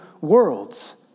worlds